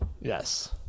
Yes